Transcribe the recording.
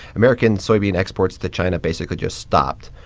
american soybean exports to china basically just stopped.